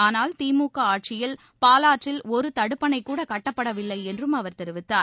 ஆனால் திமுகஆட்சியில் பாலாற்றில் ஒருதடுப்பணைக் கூட கட்டப்படவில்லைஎன்றும் அவர் தெரிவித்தார்